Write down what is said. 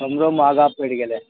हमरो महगा पड़ि गेलै